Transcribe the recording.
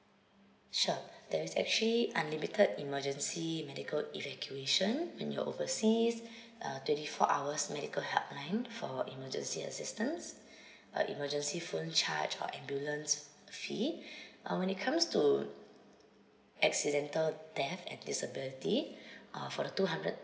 sure there is actually unlimited emergency medical evacuation when you're overseas uh twenty four hours medical helpline for emergency assistance uh emergency phone charge or ambulance fee but when it comes to accidental death and disability uh for the two hundred